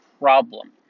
problem